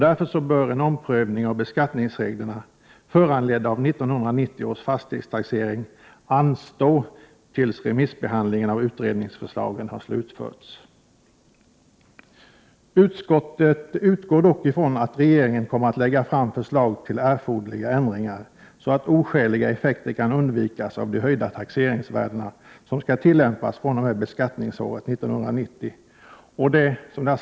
Därför bör en omprövning av beskattningsreglerna, föranledda av 1990 års fastighetstaxering, anstå tills remissbehandlingen av utredningsförslagen har slutförts. Utskottet utgår dock ifrån att regeringen kommer att lägga fram förslag till erforderliga ändringar, så att oskäliga effekter kan undvikas av de höjda taxeringsvärden som skall tillämpas fr.o.m. beskattningsåret 1990.